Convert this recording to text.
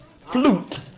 Flute